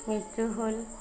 মৃত্যু হ'ল